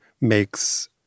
makes